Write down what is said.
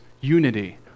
unity